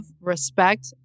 respect